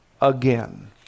again